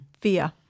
fear